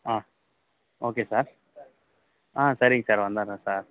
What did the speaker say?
ஆ okay sir ஆ சரிங்க sir வந்துடுறேன் சார்